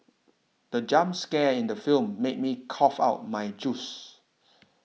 the jump scare in the film made me cough out my juice